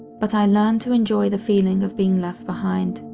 but i learned to enjoy the feeling of being left behind,